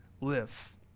live